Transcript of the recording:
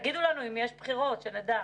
תגידו לנו אם יש בחירות, שנדע.